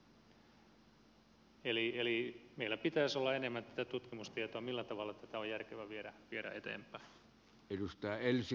eli meillä pitäisi olla enemmän tätä tutkimustietoa siitä millä tavalla tätä on järkevää viedä eteenpäin